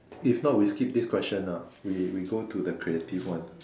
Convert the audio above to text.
if not we skip this question ah we we go to the creative one